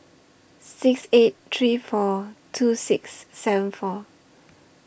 six eight three four two six seven four